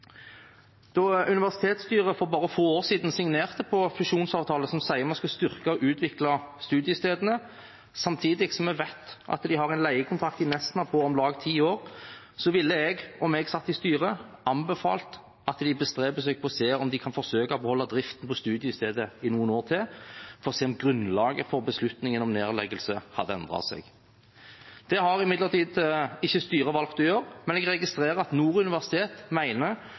Da universitetsstyret for bare få år siden signerte på en fusjonsavtale som sier at vi skal styrke og utvikle studiestedene, samtidig som vi vet at de har en leiekontrakt i Nesna på om lag ti år, ville jeg, om jeg satt i styret, anbefalt at de bestreber seg på å se om de kan forsøke å beholde driften på studiestedet i noen år til, for å se om grunnlaget for beslutningen om nedleggelse hadde endret seg. Det har imidlertid styret valgt ikke å gjøre, men jeg registrerer at